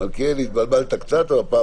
לא עברה.